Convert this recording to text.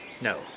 No